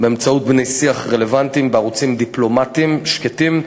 באמצעות בני-שיח רלוונטיים בערוצים דיפלומטיים שקטים,